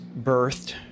birthed